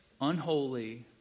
unholy